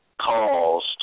caused